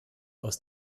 aus